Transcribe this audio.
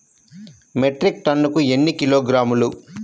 Metric టన్నుకు ఎన్ని కిలోగ్రాములు?